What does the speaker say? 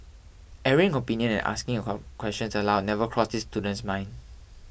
airing opinion and asking questions aloud never crossed this student's mind